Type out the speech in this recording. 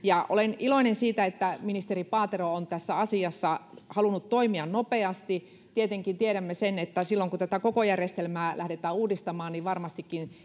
olen iloinen siitä että ministeri paatero on tässä asiassa halunnut toimia nopeasti tietenkin tiedämme sen että silloin kun tätä koko järjestelmää lähdetään uudistamaan niin varmastikin